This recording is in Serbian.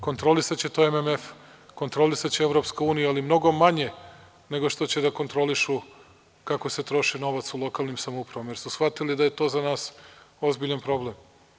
Kontrolisaće to MMF, kontrolisaće EU, ali mnogo manje nego što će da kontrolišu kako se troši novac u lokalnim samoupravama jer su shvatili da je to za nas ozbiljan problem.